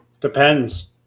Depends